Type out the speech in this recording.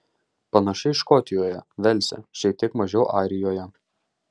panašiai škotijoje velse šiek tiek mažiau airijoje